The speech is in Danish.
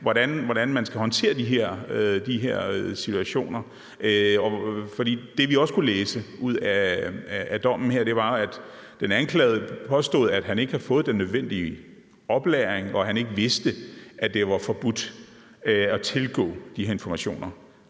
hvordan man skal håndtere de her situationer? For det, vi også kunne læse ud af dommen her, var, at den anklagede påstod, at han ikke havde fået den nødvendige oplæring, og at han ikke vidste, at det var forbudt at tilgå de informationer.